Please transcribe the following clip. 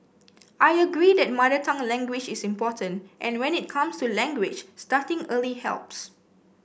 I agree that mother tongue language is important and when it comes to language starting early helps